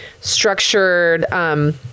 structured